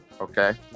okay